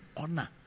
honor